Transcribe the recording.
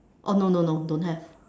oh no no no don't have